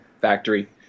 factory